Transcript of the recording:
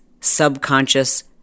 subconscious